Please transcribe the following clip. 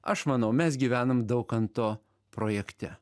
aš manau mes gyvenam daukanto projekte